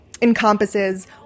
encompasses